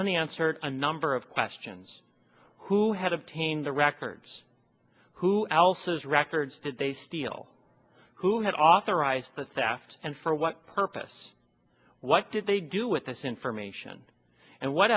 unanswered a number of questions who had obtained the records who else's records did they steal who had authorized the theft and for what purpose what did they do with this information and what